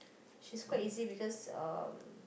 she's quite easy because um